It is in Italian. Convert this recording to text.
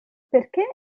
perché